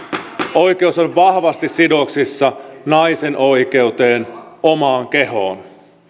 oikeus on vahvasti sidoksissa naisten oikeuteen omaan kehoon